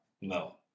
No